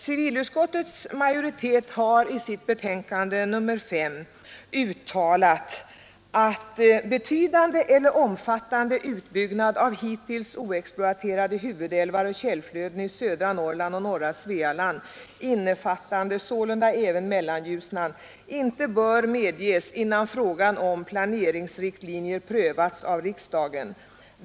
Civilutskottets majoritet har i sitt betänkande nrS5 uttalat att ”betydande eller omfattande utbyggnad av hittills oexploaterade huvud älvar och källflöden i södra Norrland och norra Svealand — innefattande sålunda även Mellanljusnan — inte bör medges innan frågan om planeringsriktlinjer prövats av riksdagen.